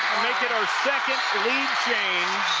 make it our second lead change